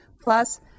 plus